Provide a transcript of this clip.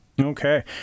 Okay